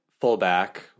fullback